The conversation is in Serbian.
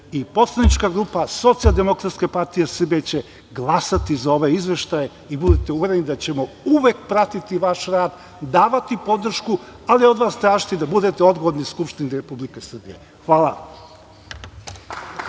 i poslanička grupa Socijaldemokratske partije Srbije će glasati za ove izveštaje i budite uvereni da ćemo uvek pratiti vaš rad, davati podršku, ali od vas tražiti da bude odgovorni Skupštini Republike Srbije. Hvala.